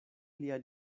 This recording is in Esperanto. lia